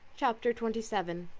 chapter twenty seven